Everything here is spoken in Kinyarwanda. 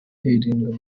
hirindwa